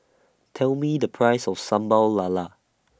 Tell Me The Price of Sambal Lala